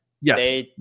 Yes